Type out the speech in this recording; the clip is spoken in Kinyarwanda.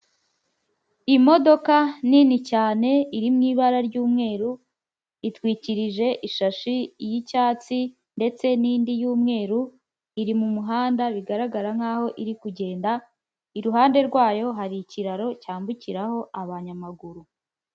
Imodoka nini cyane iri mui ibara ry'umweru, itwikirije ishashi y'icyatsi, ndetse n'indi y'mweru iri mu muhanda bigaragara nkaho iri kugenda, iruhande rwayo hari ikiraro cyambukiraho abanyamaguru.